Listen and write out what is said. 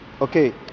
Okay